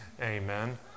Amen